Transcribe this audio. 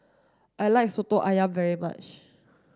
I like Soto Ayam very much